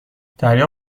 دریا